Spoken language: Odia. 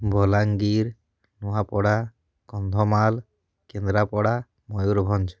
ବଲାଙ୍ଗୀର ନୂଆପଡ଼ା କନ୍ଧମାଲ କେନ୍ଦ୍ରାପଡ଼ା ମୟୁରଭଞ୍ଜ